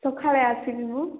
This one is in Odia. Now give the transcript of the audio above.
ସକାଳେ ଆସିବି ମୁଁ